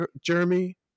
Jeremy